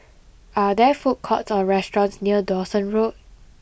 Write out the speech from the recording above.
are there food courts or restaurants near Dawson Road